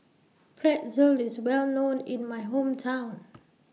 Pretzel IS Well known in My Hometown